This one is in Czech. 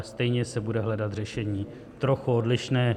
Stejně se bude hledat řešení trochu odlišné.